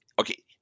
Okay